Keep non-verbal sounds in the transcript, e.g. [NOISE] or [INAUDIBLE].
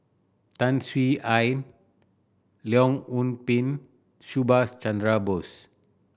Tan Swie [UNINTELLIGIBLE] Leong Yoon Pin Subhas Chandra Bose